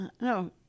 No